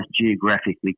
geographically